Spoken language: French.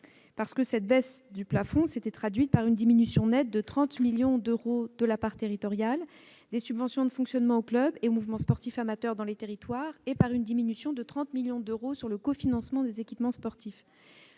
traduite dans le passé par une diminution nette de 30 millions d'euros de la part territoriale des subventions de fonctionnement aux clubs et au mouvement sportif amateur dans les territoires et par une diminution de 30 millions d'euros du cofinancement des équipements sportifs.